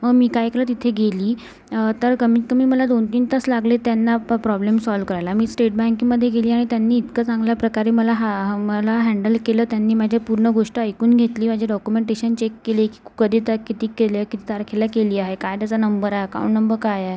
मग मी काय केलं तिथे गेली तर कमीत कमी मला दोन तीन तास लागलेत त्यांना प प्रॉब्लेम सॉल्व करायला मी स्टेट बँकेमध्ये गेली आणि त्यांनी इतकं चांगल्या प्रकारे मला हा मला हॅंडल केलं त्यांनी माझे पूर्ण गोष्ट ऐकून घेतली माझे डॉकुमेंटेशन चेक केले कधी त्यात किती केलेत किती तारखेला केली आहे काय त्याचा नंबर आहे अकाऊंट नंब काय आहे